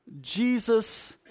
Jesus